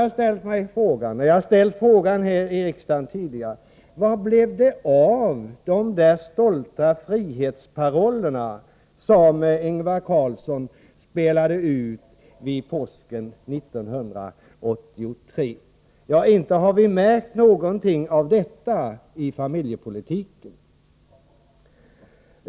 Jag har tidigare i riksdagen ställt frågan: Vad blev det av de stolta frihetsparollerna, som Ingvar Carlsson spelade ut påsken 1983? Ja, inte har vi märkt någonting av detta i familjepolitiken.